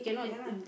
ya lah